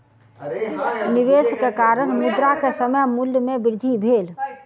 निवेश के कारण, मुद्रा के समय मूल्य में वृद्धि भेल